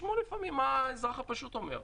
תשמעו לפעמים מה האזרח הפשוט אומר.